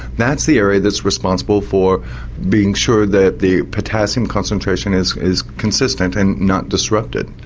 that's the area that's responsible for being sure that the potassium concentration is is consistent and not disrupted.